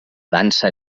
dansa